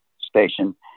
station